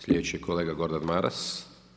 Sljedeći je kolega Gordan Maras.